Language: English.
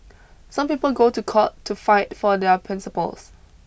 some people go to court to fight for their principles